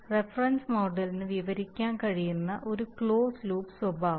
reference മോഡലിന് വിവരിക്കാൻ കഴിയുന്ന ഒരു ക്ലോസ്ഡ് ലൂപ്പ് സ്വഭാവം